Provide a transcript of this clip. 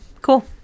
Cool